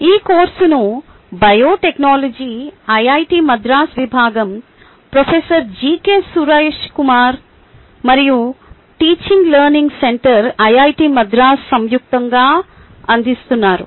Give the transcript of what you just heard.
ఈ కోర్సును biotechnology IIT Madras విభాగం ప్రొఫెసర్ జికె సురైష్ కుమార్ మరియు teaching learning centre IIT Madras సంయుక్తంగా అందిస్తున్నారు